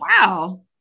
wow